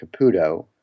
Caputo